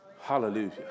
Hallelujah